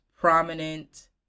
prominent